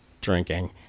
drinking